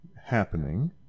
happening